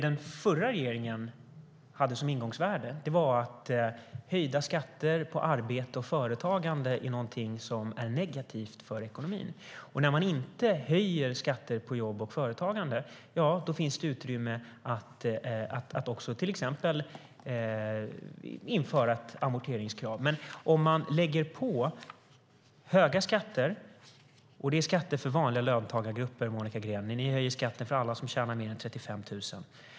Den förra regeringen hade som ingångsvärde att höjda skatter på arbete och företagande är någonting som är negativt för ekonomin. När man inte höjer skatter på jobb och företagande finns det utrymme för att till exempel införa ett amorteringskrav. Men nu vill man lägga på höga skatter. Det är skatter för vanliga löntagargrupper, Monica Green. Ni höjer skatten för alla som tjänar mer än 35 000.